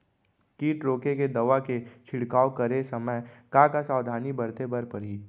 किट रोके के दवा के छिड़काव करे समय, का का सावधानी बरते बर परही?